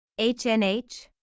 HNH